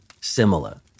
similar